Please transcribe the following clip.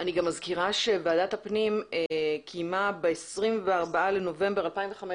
אני גם מזכירה שוועדת הפנים קיימה ב-24 בנובמבר 2015,